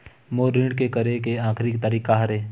मोर ऋण के करे के आखिरी तारीक का हरे?